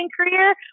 career